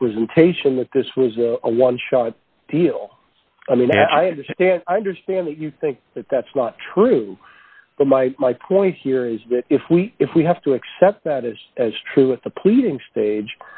representation that this was a one shot deal i mean i understand i understand that you think that that's not true but my my point here is that if we if we have to accept that is as true with the pleading stage